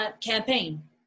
campaign